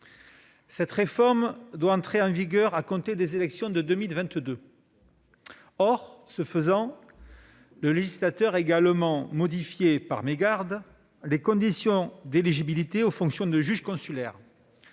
Cette réforme doit entrer en vigueur à compter des élections de 2022. Or, dans le même temps, le législateur a modifié par mégarde les conditions d'éligibilité aux fonctions de juge consulaire.